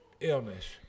illness